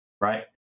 Right